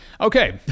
Okay